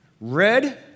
Red